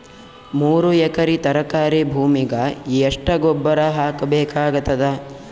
ಮೂರು ಎಕರಿ ತರಕಾರಿ ಭೂಮಿಗ ಎಷ್ಟ ಗೊಬ್ಬರ ಹಾಕ್ ಬೇಕಾಗತದ?